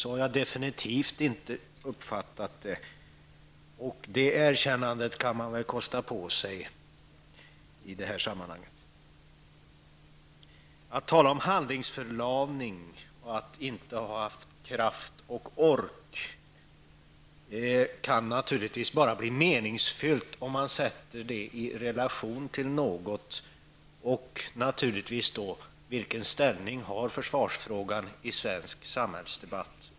Så har jag definitivt inte uppfattat det. Detta erkännande kan man väl kosta på sig i detta sammanhang. Att tala om handlingsförlamning och att man inte har haft kraft och ork kan naturligtvis bara bli meningsfullt om man sätter det i relation till något, och då naturligtvis till vilken ställning försvarsfrågan över huvud taget har i svensk samhällsdebatt.